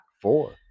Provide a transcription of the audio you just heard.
four